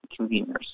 conveners